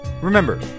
remember